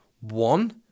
One